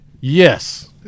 Yes